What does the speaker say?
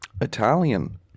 Italian